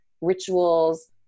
rituals